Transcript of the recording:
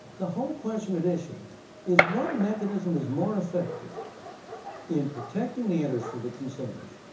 the whole question at issue is what mechanism is more effective in protecting the interests of the consumers,